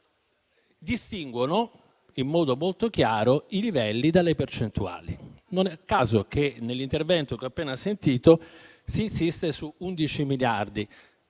bilancio, distinguono in modo molto chiaro i livelli dalle percentuali. Non è un caso che nell'intervento che ho appena sentito si insiste su 11 miliardi.